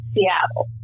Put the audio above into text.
Seattle